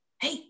hey